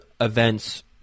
events